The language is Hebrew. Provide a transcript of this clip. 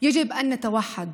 עלינו להתאחד,